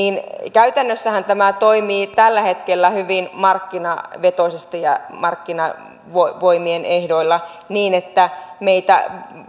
käytännössähän tämä toimii tällä hetkellä hyvin markkinavetoisesti ja markkinavoimien ehdoilla niin että meitä